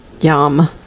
Yum